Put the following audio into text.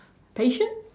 patience